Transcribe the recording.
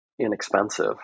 inexpensive